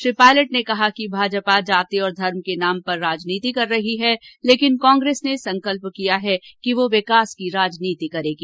श्री पायलट ने कहा कि भाजपा जाति और धर्म के नाम पर राजनीति कर रही है लेकिन कांग्रेस ने संकल्प किया है कि वो विकास की राजनीति करेगी